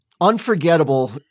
Unforgettable